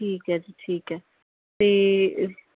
ਠੀਕ ਹੈ ਠੀਕ ਹੈ ਅਤੇ